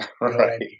Right